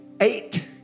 eight